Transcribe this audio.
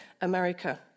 America